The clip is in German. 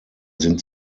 sind